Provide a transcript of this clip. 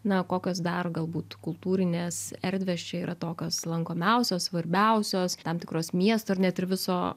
na kokios dar galbūt kultūrinės erdvės čia yra tokios lankomiausios svarbiausios tam tikros miesto ir net ir viso